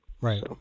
Right